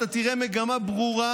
אתה תראה מגמה ברורה,